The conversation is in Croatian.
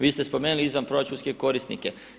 Vi ste spomenuli izvanproračunske korisnike.